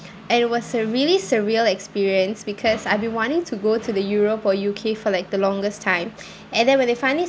and it was a really surreal experience because I've been wanting to go to the europe or U_K for like the longest time and then when they finally